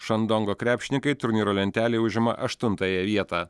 šandongo krepšininkai turnyro lentelėje užima aštuntąją vietą